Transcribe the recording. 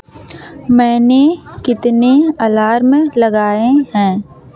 मैंने कितने अलार्म लगाए हैं